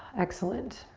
excellent.